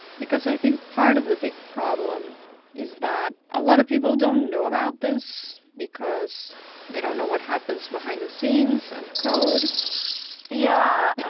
because i think part of the big problem is that a lot of people don't know about this, because they don't know what happens behind the scenes and the code yeah.